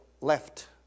left